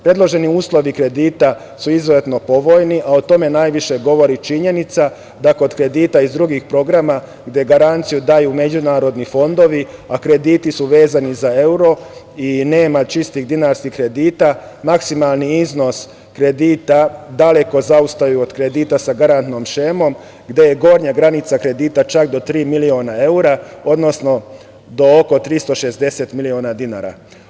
Predloženi uslovi kredita su izuzetno povoljni, a o tome najviše govori činjenica da kod kredita iz drugih programa gde garanciju daju međunarodni fondovi a krediti su vezani za evro i nema čistih dinarskih kredita, maksimalni iznos kredita daleko zaostaju od kredita sa garantnom šemom, gde je gornja granica kredita čak do tri miliona evra, odnosno do oko 360 miliona dinara.